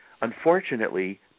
unfortunately